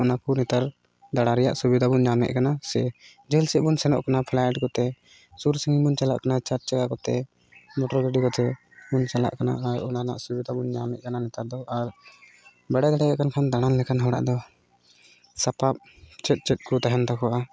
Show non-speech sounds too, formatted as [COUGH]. ᱚᱱᱟ ᱠᱚ ᱱᱮᱛᱟᱨ ᱫᱟᱬᱟᱱ ᱨᱮᱭᱟᱜ ᱥᱩᱵᱤᱫᱷᱟ ᱵᱚᱱ ᱧᱟᱢᱮᱫ ᱠᱟᱱᱟ ᱥᱮ ᱡᱷᱟᱹᱞ ᱥᱮᱫ ᱵᱚᱱ ᱥᱮᱱᱚᱜ ᱠᱟᱱᱟ ᱯᱷᱞᱟᱭᱤᱴ ᱠᱚᱛᱮ ᱥᱩᱨ ᱥᱟᱺᱜᱤᱧ ᱵᱚᱱ ᱪᱟᱞᱟᱜ ᱠᱟᱱᱟ ᱪᱟᱨ ᱪᱟᱠᱟ ᱠᱚᱛᱮ ᱢᱚᱴᱚᱨ ᱜᱟᱹᱰᱤ ᱠᱚᱛᱮ ᱵᱚᱱ ᱪᱟᱞᱟᱜ ᱠᱟᱱᱟ ᱟᱨ ᱚᱱᱟ ᱨᱮᱱᱟᱜ ᱥᱩᱵᱤᱫᱷᱟ ᱵᱚᱱ ᱧᱟᱢᱮᱫ ᱠᱟᱱᱟ ᱱᱮᱛᱟᱨ ᱫᱚ ᱟᱨ [UNINTELLIGIBLE] ᱫᱟᱬᱟᱱ ᱞᱮᱠᱟᱱ ᱦᱚᱲᱟᱜ ᱫᱚ ᱥᱟᱯᱟᱵ ᱪᱮᱫ ᱪᱮᱫ ᱠᱚ ᱛᱟᱦᱮᱱ ᱛᱟᱠᱚᱣᱟ